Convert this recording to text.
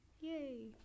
Yay